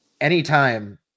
Anytime